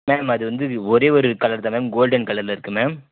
ma'am அது வந்து ஒரே ஒரு கலர் தான் மேம் கோல்டன் கலரில் இருக்கு மேம்